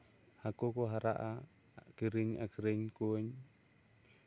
ᱦᱟᱹᱠᱩ ᱠᱚ ᱦᱟᱨᱟᱜᱼᱟ ᱠᱤᱨᱤᱧ ᱟᱹᱠᱷᱨᱤᱧ ᱠᱚᱣᱟᱧ